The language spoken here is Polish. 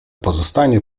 pozostanie